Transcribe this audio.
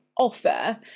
offer